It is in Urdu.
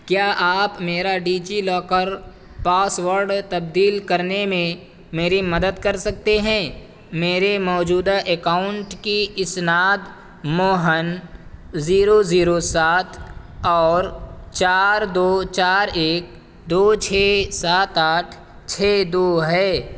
کیا آپ میرا ڈیجیلاکر پاسورڈ تبدیل کرنے میں میری مدد کر سکتے ہیں میرے موجودہ اکاؤنٹ کی اسناد موہن زیرو زیرو سات اور چار دو چار ایک دو چھ سات آٹھ چھ دو ہے